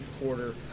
quarter